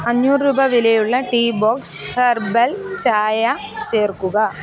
അഞ്ഞൂറ് രൂപ വിലയുള്ള ടീ ബോക്സ് ഹെർബൽ ചായ ചേർക്കുക